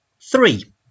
three